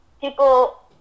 people